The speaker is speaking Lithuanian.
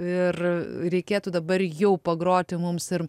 ir reikėtų dabar jau pagroti mums ir